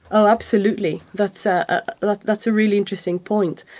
oh, absolutely, that's ah ah like that's a really interesting point,